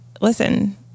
listen